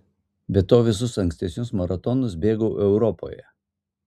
be to visus ankstesnius maratonus bėgau europoje